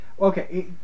Okay